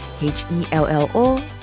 H-E-L-L-O